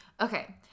Okay